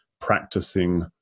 practicing